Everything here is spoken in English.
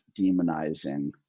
demonizing